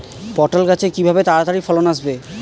পটল গাছে কিভাবে তাড়াতাড়ি ফলন আসবে?